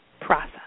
process